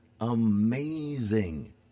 amazing